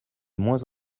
moins